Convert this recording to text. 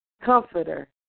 Comforter